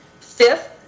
Fifth